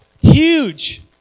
huge